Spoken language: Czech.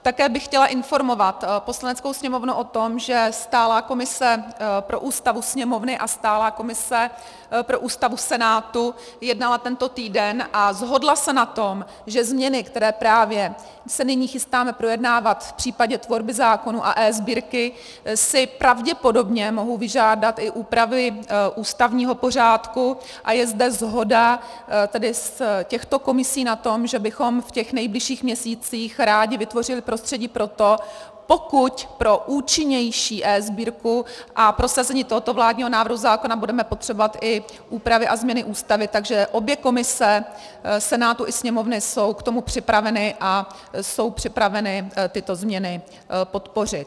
Také bych chtěla informovat Poslaneckou sněmovnu o tom, že stálá komise pro Ústavu Sněmovny a stálá komise pro Ústavu Senátu jednala tento týden a shodla se na tom, že změny, které se právě nyní chystáme projednávat v případě tvorby zákonů a eSbírky, si pravděpodobně mohou vyžádat i úpravy ústavního pořádku, a je zde shoda těchto komisí na tom, že bychom v těch nejbližších měsících rádi vytvořili prostředí pro to, pokud pro účinnější eSbírku a prosazení tohoto vládního návrhu zákona budeme potřebovat i úpravy a změny Ústavy, tak že obě komise Senátu i Sněmovny jsou k tomu připraveny a jsou připraveny tyto změny podpořit.